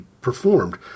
performed